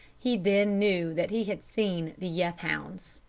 he then knew that he had seen the yeth hounds.